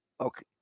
okay